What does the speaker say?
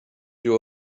you